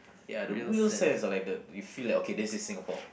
ya the real sense of like the you feel like okay this is Singapore